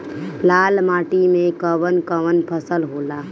लाल माटी मे कवन कवन फसल होला?